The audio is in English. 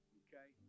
okay